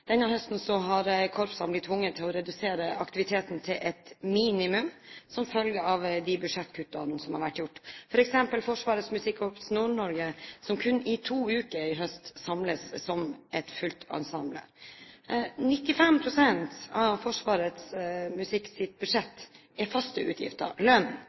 Denne høsten har korpsene blitt tvunget til å redusere aktiviteten som følge av budsjettkutt, f.eks. Forsvarets musikkorps Nord-Norge som kun i to uker samles som ensemble. Jeg konstaterer at 95 pst. av Forsvarets musikkbudsjett er faste utgifter,